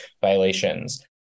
violations